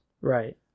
right